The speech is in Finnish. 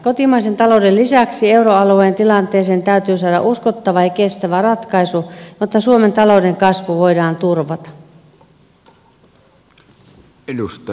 kotimaisen talouden lisäksi euroalueen tilanteeseen täytyy saada uskottava ja kestävä ratkaisu jotta suomen talouden kasvu voidaan turvata